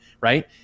right